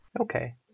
Okay